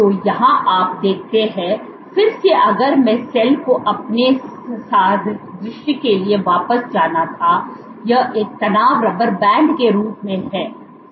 तो यहां आप देखते हैं फिर से अगर मैं सेल के अपने सादृश्य के लिए वापस जाना था यह एक तनाव रबर बैंड के रूप में है सही है